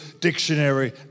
dictionary